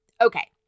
Okay